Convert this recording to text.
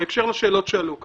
בהקשר לשאלות שעלו כאן: